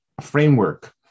framework